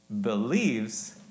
believes